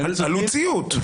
עלות ציות.